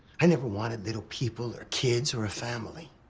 i never wanted little people or kids or a family.